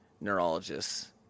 neurologists